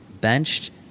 benched